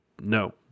no